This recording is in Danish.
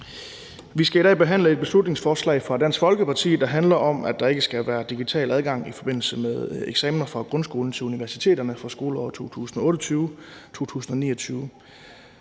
Vi skal i dag behandle et beslutningsforslag fra Dansk Folkeparti, der handler om, at der ikke skal være digital adgang i forbindelse med eksamener fra grundskolen til universiteterne fra skoleåret 2028/29.